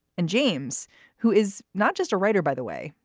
and james who is not just a writer by the way.